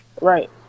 Right